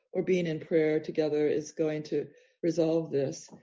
or being in prayer together is going to resolve this,